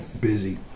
Busy